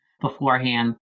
beforehand